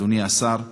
אדוני השר,